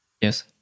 Yes